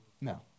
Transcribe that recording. No